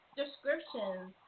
descriptions